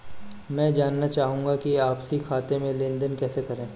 मैं जानना चाहूँगा कि आपसी खाते में लेनदेन कैसे करें?